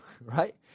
right